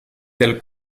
del